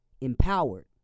empowered